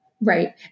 Right